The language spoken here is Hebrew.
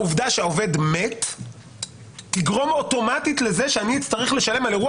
העובדה שהעובד מת תגרום אוטומטית לזה שאני אצטרך לשלם על אירוע